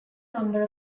number